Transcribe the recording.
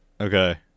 Okay